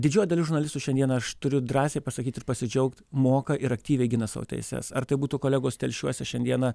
didžioji dalis žurnalistų šiandieną aš turiu drąsiai pasakyt ir pasidžiaugt moka ir aktyviai gina savo teises ar tai būtų kolegos telšiuose šiandieną